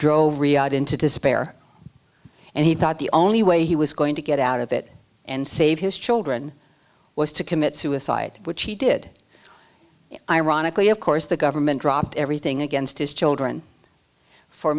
drove riyadh into despair and he thought the only way he was going to get out of it and save his children was to commit suicide which he did ironically of course the government dropped everything against his children for